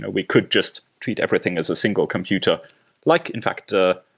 ah we could just treat everything as a single computer like, in fact, ah